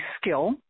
skill